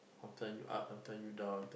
I turn you up I turn you down